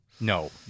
No